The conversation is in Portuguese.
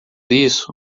isso